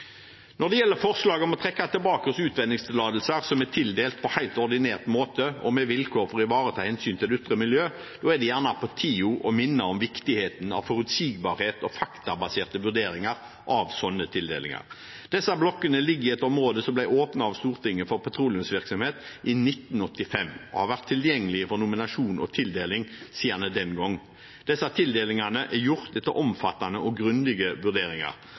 Når det gjelder forslaget om å trekke tilbake også utvinningstillatelser som er tildelt på helt ordinær måte, og med vilkår for å ivareta hensyn til det ytre miljø, er det på tide å minne om viktigheten av forutsigbarhet og faktabaserte vurderinger ved sånne tildelinger. Disse blokkene ligger i et område som ble åpnet av Stortinget for petroleumsvirksomhet i 1985, og har vært tilgjengelig for nominasjon og tildeling siden den gangen. Disse tildelingene er gjort etter omfattende og grundige vurderinger.